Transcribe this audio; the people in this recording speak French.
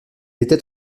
était